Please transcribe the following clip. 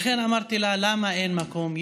לכן אמרתי לה: למה אין מקום,